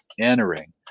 entering